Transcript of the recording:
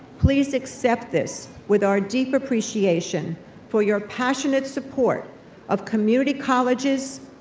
please accept this with our deep appreciation for your passionate support of community colleges,